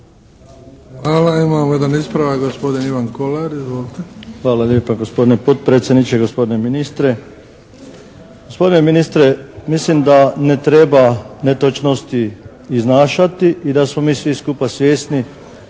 Hvala. Imamo jedan ispravak, gospodin Ivan Kolar. Izvolite. **Kolar, Ivan (HSS)** Hvala lijepa gospodine potpredsjedniče. Gospodine ministre mislim da ne treba netočnosti iznašati i da smo mi svi skupa svjesni